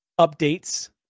updates